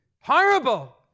Horrible